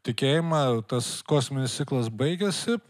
tikėjimą tas kosminis ciklas baigiasi